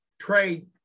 trade